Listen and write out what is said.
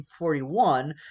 1941